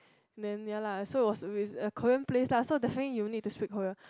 then ya lah so it was is a korean place lah so definitely you need to speak Korean